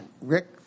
Rick